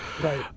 Right